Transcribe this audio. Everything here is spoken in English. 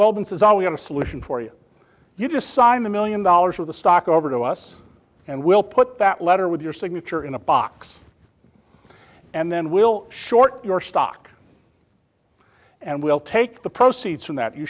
goldman says all we have a solution for you you just sign the million dollars or the stock over to us and we'll put that letter with your signature in a box and then we'll short your stock and we'll take the proceeds from that you